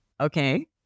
okay